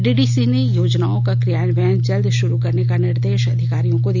DDC ने योजनाओं का क्रियान्वयन जल्द शुरू करने का निर्देश अधिकारियों को दिया